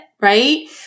right